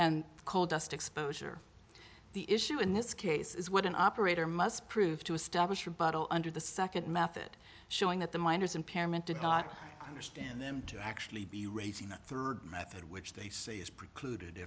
and coal dust exposure the issue in this case is what an operator must prove to establish rebuttal under the second method showing that the miners impairment did not understand them to actually be raising a third method which they say is precluded